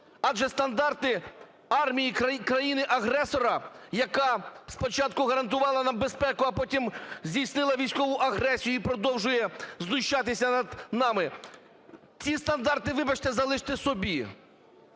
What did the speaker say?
Адже стандарти армії країни-агресора, яка спочатку гарантувала нам безпеку, а потім здійснила військову агресію і продовжує знущатися над нами, ці стандарти, вибачте, залиште собі.